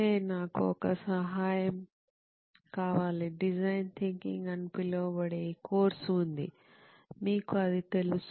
హే నాకు ఒక సహాయం కావాలి డిజైన్ థింకింగ్ అని పిలువబడే ఈ కోర్సు ఉంది మీకు అది తెలుసు